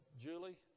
Julie